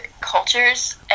cultures